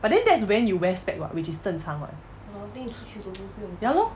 but then that's when you wear spec [what] which is 正常 [what] ya lor